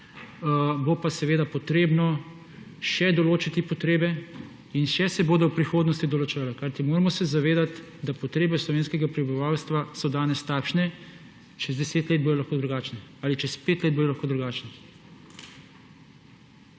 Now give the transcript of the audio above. bo pa seveda treba še določiti potrebe in še se bodo v prihodnosti določale. Kajti moramo se zavedati, da potrebe slovenskega prebivalstva so danes takšne, čez 10 let bodo lahko drugačne, ali čez 5 let bodo lahko drugačne.